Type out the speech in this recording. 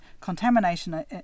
contamination